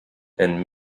and